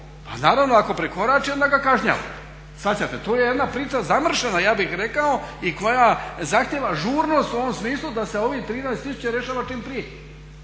Ako on prekorači onda ga kažnjava, shvaćate? To je jedna priča zamršena, ja bih rekao, i koja zahtijeva žurnost u ovom smislu da se ovih 13 tisuća rješava čim prije